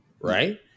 Right